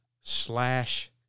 slash